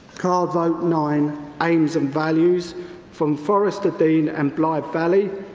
cord vote nine, aims and values from forester dean and blythe valley,